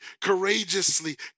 courageously